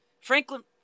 Franklin